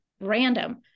random